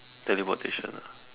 teleportation ah